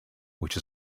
which